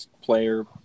player